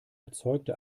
erzeugte